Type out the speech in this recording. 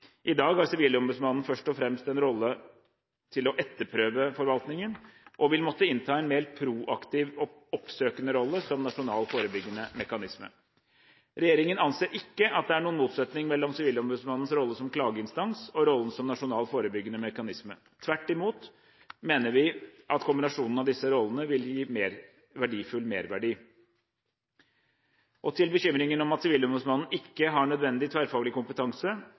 I dag har Sivilombudsmannen først og fremst en etterprøvende rolle overfor forvaltningen, og vil måtte innta en mer proaktiv og oppsøkende rolle som nasjonal forebyggende mekanisme. Regjeringen anser ikke at det er noen motsetning mellom Sivilombudsmannens rolle som klageinstans og rollen som nasjonal forebyggende mekanisme. Tvert imot mener vi at kombinasjonen av disse rollene vil gi verdifull merverdi. Til bekymringen om at Sivilombudsmannen ikke har nødvendig tverrfaglig kompetanse: